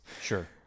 sure